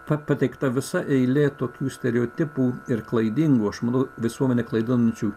pateikta visa eilė tokių stereotipų ir klaidingų aš manau visuomenę klaidinančių